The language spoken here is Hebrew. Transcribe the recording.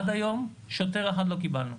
עד היום שוטר אחד לא קיבלנו.